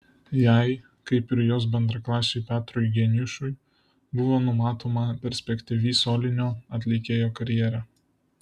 jai kaip ir jos bendraklasiui petrui geniušui buvo numatoma perspektyvi solinio atlikėjo karjera